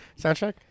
soundtrack